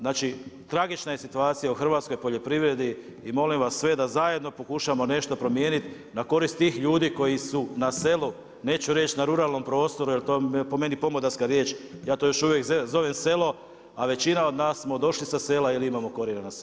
Znači tragična je situacija u hrvatskoj poljoprivredi i molim vas sve da zajedno pokušamo nešto promijeniti na korist tih ljudi koji su na selu, neću reći na ruralnom prostoru jel je to po meni pomodarska riječ, ja to još uvijek zovem selo, a većina od nas smo došli sa sela jer imamo korijene sa sela.